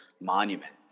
Monument